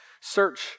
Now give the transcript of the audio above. Search